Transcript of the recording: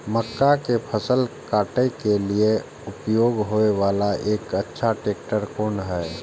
मक्का के फसल काटय के लिए उपयोग होय वाला एक अच्छा ट्रैक्टर कोन हय?